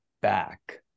back